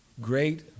great